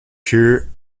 pure